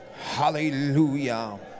Hallelujah